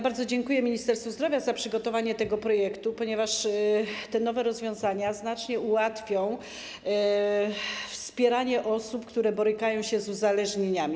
Bardzo dziękuje Ministerstwu Zdrowia za przygotowanie tego projektu, ponieważ te nowe rozwiązania znacznie ułatwią wspieranie osób, które borykają się z uzależnieniami.